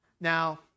Now